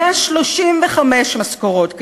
135 משכורות כאלה.